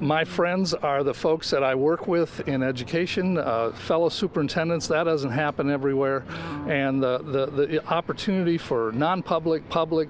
my friends are the folks that i work with in education the fellow superintendents that doesn't happen everywhere and the opportunity for nonpublic public